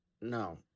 No